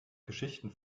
geschichten